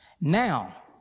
Now